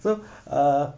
so uh